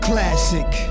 Classic